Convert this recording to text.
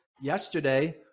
Yesterday